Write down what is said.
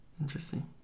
Interesting